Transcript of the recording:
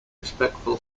respectful